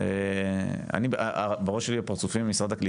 דניאל בלנגה, אגף תקציבים.